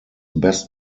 best